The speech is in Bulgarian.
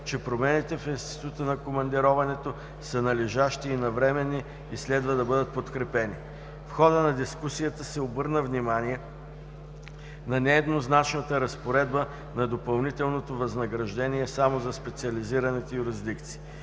че промените в института на командироването са належащи и навременни и следва да бъдат подкрепени. В хода на дискусията се обърна внимание на нееднозначната разпоредба на допълнителното възнаграждение само за специализираните юрисдикции.